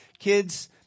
Kids